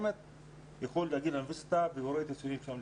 לומר לאוניברסיטה והוא רואה את הציונים.